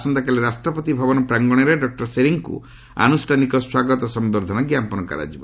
ଆସନ୍ତାକାଲି ରାଷ୍ଟ୍ରପତି ଭବନ ପ୍ରାଙ୍ଗଣରେ ଡକୁର ସେରିଂଙ୍କୁ ଆନୁଷ୍ଠାନିକ ସ୍ୱାଗତ ସମ୍ଭର୍ଦ୍ଧନା ଜ୍ଞାପନ କରାଯିବ